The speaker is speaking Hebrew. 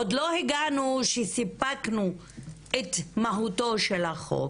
עוד לא הגענו לכך שסיפקנו את מהותו של החוק,